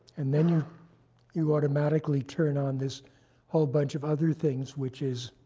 and then you you automatically turn on this whole bunch of other things, which is